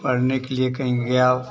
पढ़ने के लिए कहीं गया